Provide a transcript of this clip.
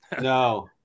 No